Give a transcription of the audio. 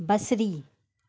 बसरी